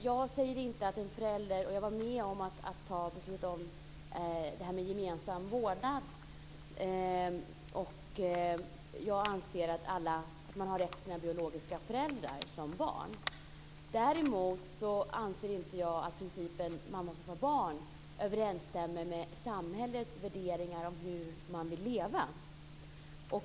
Jag var med om fatta beslutet om gemensam vårdnad. Jag anser att barn har rätt till sina biologiska föräldrar. Däremot anser jag inte att principen mamma-papppa-barn överensstämmer med samhällets värderingar om hur man vill leva.